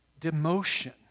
demotion